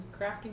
Crafting